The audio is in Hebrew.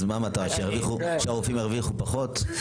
אז מה המטרה, שהרופאים ירוויחו פחות?